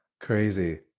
Crazy